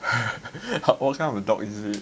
what kind of dog is it